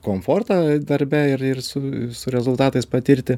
komfortą darbe ir ir su su rezultatais patirti